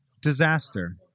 disaster